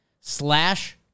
slash